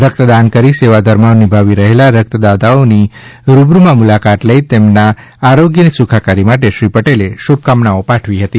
રક્તદાન કરીને સેવા ધર્મ નિભાવી રહેલા રક્તદાતાઓની રૂબરૂ મુલાકાત લઈને તેમની સ્વાસ્થ્ય સુખાકારી માટે શ્રી પટેલે શુભેચ્છા પાઠવી હતી